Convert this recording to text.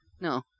No